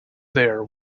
there